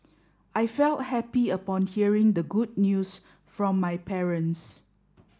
I felt happy upon hearing the good news from my parents